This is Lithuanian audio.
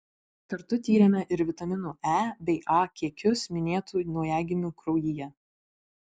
kartu tyrėme ir vitaminų e bei a kiekius minėtų naujagimių kraujyje